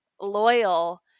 loyal